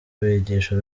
bigisha